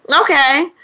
Okay